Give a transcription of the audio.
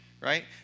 Right